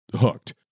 hooked